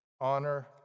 honor